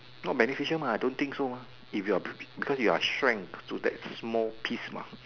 not beneficial mah I don't think so ah if you are because you are shrunk to that small piece mah